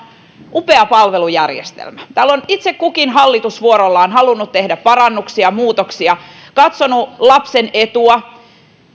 upea palvelujärjestelmä täällä on kukin hallitus vuorollaan halunnut tehdä parannuksia muutoksia katsonut lapsen etua